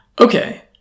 Okay